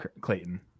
Clayton